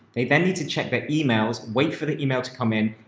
they then need to check their emails, wait for the email to come in,